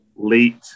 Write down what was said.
Late